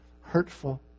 hurtful